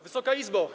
Wysoka Izbo!